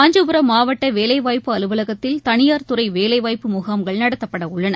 காஞ்சிபுர மாவட்டவேலைவாய்ப்பு அலுவலகத்தில் தனியார் துறைவேலைவாய்ப்பு முகாம்கள் நடத்தப்படஉள்ளன